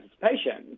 participation